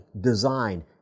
design